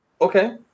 Okay